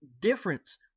difference